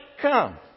come